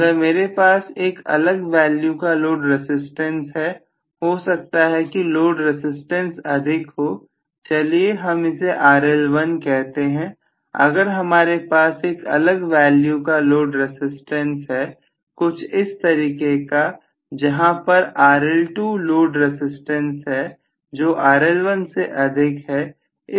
अगर मेरे पास एक अलग वैल्यू का लोड रसिस्टेंस है हो सकता है कि लोड रसिस्टेंस अधिक हो चलिए हम इसे RL1 कहते हैं अगर हमारे पास एक अलग वैल्यू का लोड रसिस्टेंस है कुछ इस तरीके का जहां पर RL2 लोड रसिस्टेंस है जो RL1 से अधिक है